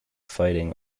fighting